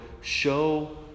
show